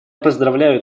поздравляю